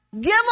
give